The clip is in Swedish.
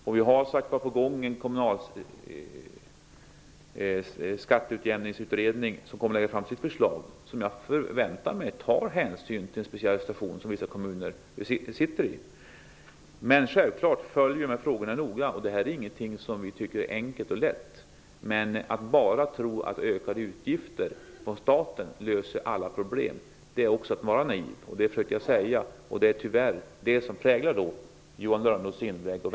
Det finns, som sagt, en kommunalskatteutjämningsutredning. Den kommer att lägga fram ett förslag. Jag förväntar mig att den tar hänsyn till den speciella situation som vissa kommuner befinner sig i. Vi följer självfallet dessa frågor noggrant. Detta är ingenting som vi tycker är enkelt och lätt, men jag försökte säga att det är naivt att tro att ökade utgifter från staten löser alla problem. Det synsättet präglar tyvärr Johan Lönnroths inlägg och